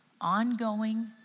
ongoing